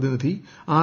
പ്രതിനിധി ആർ